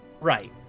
Right